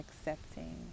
accepting